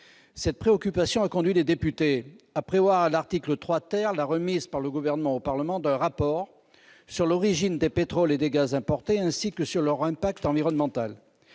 Cela a conduit les députés à prévoir, à l'article 3 , la remise par le Gouvernement au Parlement d'un rapport sur l'origine des pétroles et gaz importés, ainsi que sur leur impact environnemental.